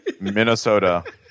Minnesota